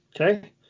Okay